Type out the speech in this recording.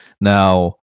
now